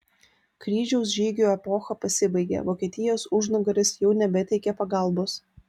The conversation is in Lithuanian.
kryžiaus žygių epocha pasibaigė vokietijos užnugaris jau nebeteikė pagalbos